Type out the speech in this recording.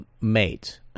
mate